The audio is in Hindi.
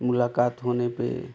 मुलाक़ात होने पर